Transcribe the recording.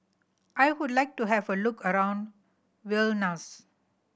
I would like to have a look around Vilnius